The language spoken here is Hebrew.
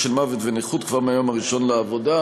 של מוות ונכות כבר מהיום הראשון לעבודה,